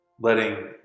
letting